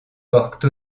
porte